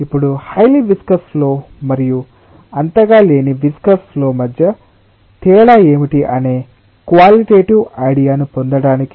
ఇప్పుడు highly viscous flow మరియు అంతగా లేని విస్కస్ ఫ్లో మధ్య తేడా ఏమిటి అనే క్వాలిటెటివ్ ఐడియాను పొందడానికి